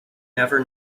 never